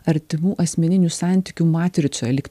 artimų asmeninių santykių matricoje lyg